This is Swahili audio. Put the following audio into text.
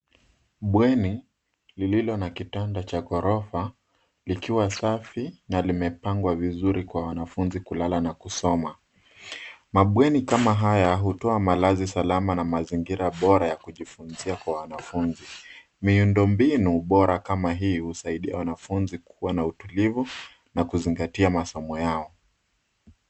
Bweni lililo na kitanda cha ghorofa likiwa safi na limepangwa vizuri kwa wanafunzi kulala na kusoma. Mabweni kama haya hutoa malazi salama na mazingira bora ya kujifunzia kwa wanafunzi. Miundombinu bora kama hii husaidia wanafunzi kukuwa na utulivu na kuzingatia masomo yao.